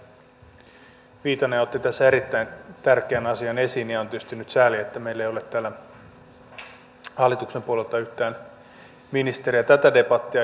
edustaja viitanen otti tässä erittäin tärkeän asian esiin ja on tietysti nyt sääli että meillä ei ole täällä hallituksen puolelta yhtään ministeriä tätä debattia käymässä